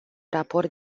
raport